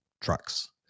trucks